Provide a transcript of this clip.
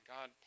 God